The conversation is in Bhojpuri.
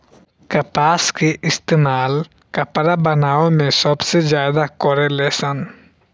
कपास के इस्तेमाल कपड़ा बनावे मे सबसे ज्यादा करे लेन सन